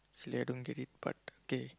sadly I don't get it but okay